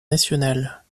nationale